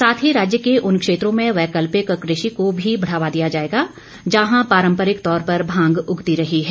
साथ ही राज्य के उन क्षेत्रों में वैकल्पिक कृषि को भी बढ़ावा दिया जाएगा जहां पारम्परिक तौर पर भांग उगती रही है